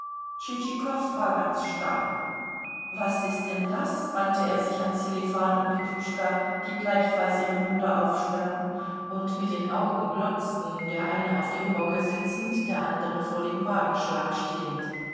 war ganz starr was ist denn das wandte er sich an sselifan und petruschka die gleichfalls ihre münder aufsperrten und mit den augen glotzten der eine auf dem bocke sitzend der andere vor dem wagenschlag stehend